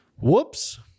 Whoops